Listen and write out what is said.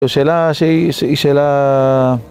זו שאלה שהיא... היא שאלה...